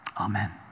Amen